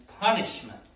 punishment